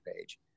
page